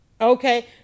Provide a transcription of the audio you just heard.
Okay